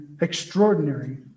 extraordinary